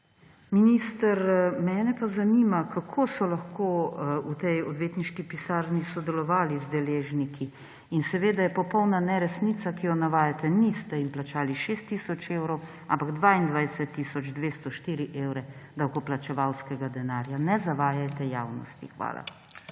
Minister, mene pa zanima, kako so lahko v tej odvetniški pisarni sodelovali z deležniki. In seveda je popolna neresnica, ki jo navajate, niste jim plačali 6 tisoč evrov, ampak 22 tisoč 204 evre davkoplačevalskega denarja. Ne zavajajte javnosti. Hvala.